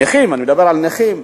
נכים, אני מדבר על נכים,